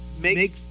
make